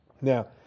Now